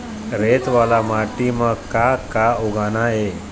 रेत वाला माटी म का का उगाना ये?